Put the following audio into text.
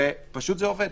אבל פשוט זה עובד.